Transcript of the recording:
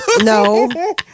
No